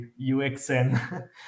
UXN